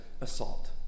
assault